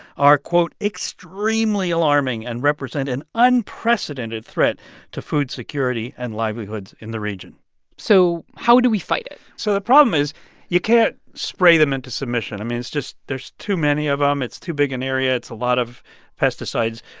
are, quote, extremely alarming and represent an unprecedented threat to food security and livelihoods in the region so how do we fight it? so the problem is you can't spray them into submission. i mean, it's just there's too many of them. um it's too big an area. it's a lot of pesticides.